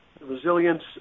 resilience